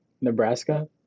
Nebraska